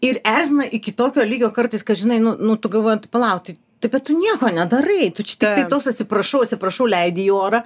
ir erzina iki tokio lygio kartais kad žinai nu nu tu galvoji tu palauk tai tai bet tu nieko nedarai tu čia tiktai tuos atsiprašau atsiprašau leidi į orą